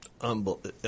Unbelievable